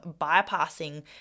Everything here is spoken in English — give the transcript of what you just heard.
bypassing